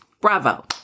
Bravo